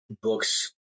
books